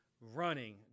running